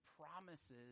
promises